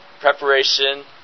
preparation